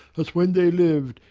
as when they liv'd,